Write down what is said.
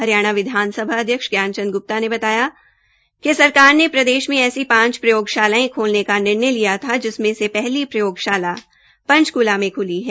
हरियाणा विधानसभा अध्यक्ष ज्ञानचंद ग्प्ता ने बताया कि सरकार ने प्रदेश के ऐसी पांच प्रयोगशालायें खोलने का निर्णय लिया था जिसमें से पहली प्रयोगशाला पंचक्ला में ख्ली है